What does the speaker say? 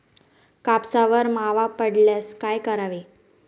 कापसावर मावा पडल्यास काय करावे?